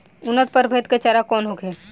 उन्नत प्रभेद के चारा कौन होखे?